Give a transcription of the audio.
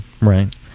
Right